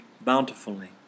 bountifully